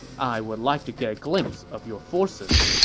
i would like to get a glimpse of your forces.